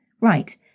Right